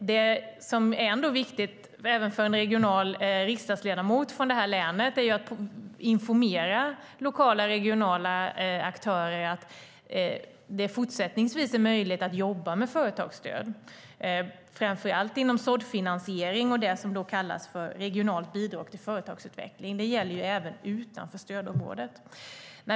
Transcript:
Även för en riksdagsledamot från länet är det viktigt att informera lokala och regionala aktörer att det fortsättningsvis är möjligt att jobba med företagsstöd framför allt inom såddfinansiering och det som kallas för regionalt bidrag till företagsutveckling. Det gäller även utanför stödområdet.